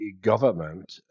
government